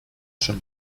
schon